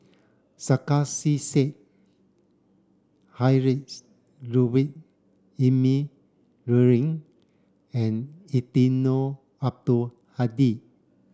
Sarkasi Said Heinrich Ludwig Emil Luering and Eddino Abdul Hadi